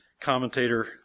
commentator